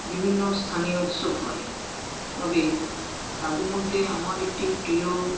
বিভিন্ন স্থানীয় উৎসব হয় তবে তাদের মধ্যে আমার একটি প্রিয়